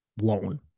loan